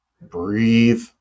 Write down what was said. Breathe